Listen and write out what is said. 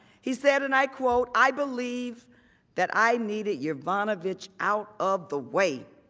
he said and i quote, i believe that i needed yovanovitch out of the way.